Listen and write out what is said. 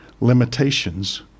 limitations